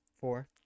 four